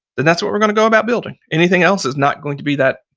then that's what we're going to go about building. anything else is not going to be that,